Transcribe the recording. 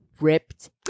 ripped